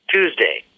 Tuesday